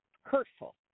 hurtful